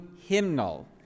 hymnal